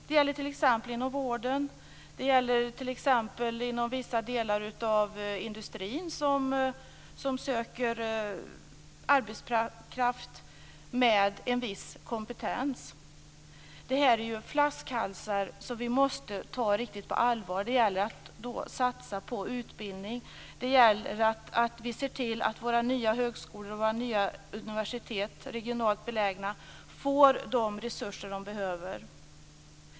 Det gäller t.ex. inom vården, inom vissa delar av industrin som söker arbetskraft med en viss kompetens. Det här är ju flaskhalsar som vi måste ta på allvar. Det gäller att satsa på utbildning och att se till att våra nya högskolor och universitet ute i regionerna får de resurser som de behöver.